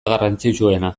garrantzitsuena